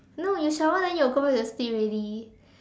no you shower then you go back to sleep already